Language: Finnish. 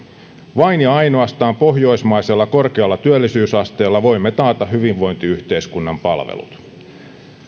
vain ja ainoastaan pohjoismaisella korkealla työllisyysasteella voimme taata hyvinvointiyhteiskunnan palvelut